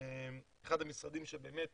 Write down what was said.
אחד המשרדים שבאמת